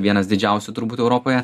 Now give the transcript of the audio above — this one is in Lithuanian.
vienas didžiausių turbūt europoje